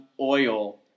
oil